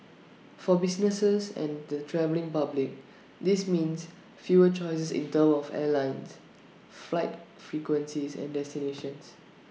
for businesses and the travelling public this means fewer choices in terms of airlines flight frequencies and destinations